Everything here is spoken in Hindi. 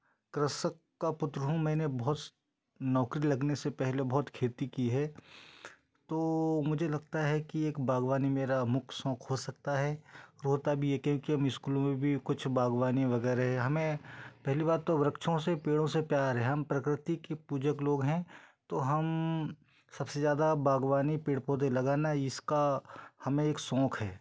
कृषक का पुत्र हूँ मैंने बहुत नौकरी लगने से पहले बहुत खेती की है तो मुझे लगता है कि एक बाग़वानी मेरा मुख्य शौक हो सकता है होता भी है क्योंकि हम स्कूलों में भी कुछ बाग़वानी वगैरह हमें पहली बात तो वृक्षों से पेड़ों से प्यार है हम प्रकृति की पूजक लोग हैं तो हम सबसे ज़्यादा बागवानी पेड़ पौधे लगाना इसका हमें एक शौंख है